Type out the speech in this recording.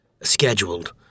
scheduled